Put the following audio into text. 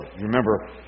remember